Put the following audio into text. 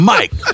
Mike